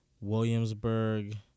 Williamsburg